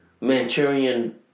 Manchurian